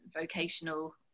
vocational